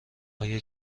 آیا